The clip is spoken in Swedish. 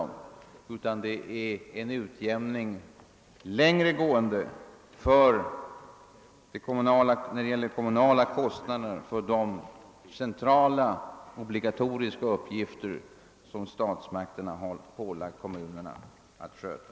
Vad vi önskar är en längre gående utjämning när det gäller de kommunala kostnaderna för de centralt obligatoriska uppgifter som statsmakterna ålagt kommunerna att sköta.